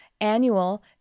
Annual